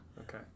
okay